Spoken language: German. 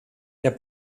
der